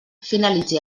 finalitzi